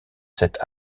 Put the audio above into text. cet